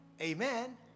amen